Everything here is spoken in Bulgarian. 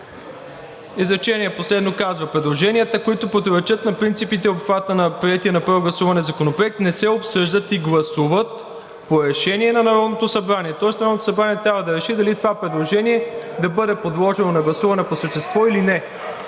Изречение последно казва: „Предложенията, които противоречат на принципите и обхвата на приетия на първо гласуване законопроект, не се обсъждат и гласуват по решение на Народното събрание“, тоест Народното събрание трябва да реши дали това предложение да бъде подложено на гласуване по същество или не.